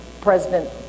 president